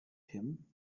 him